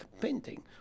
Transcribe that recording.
painting